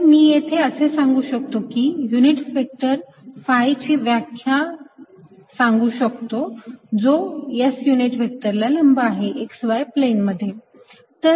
तर मी येथे असे सांगू शकतो की युनिट व्हेक्टर phi ची व्याख्या सांगू शकतो जो S युनिट व्हेक्टरला लंब आहे x y प्लेन मध्ये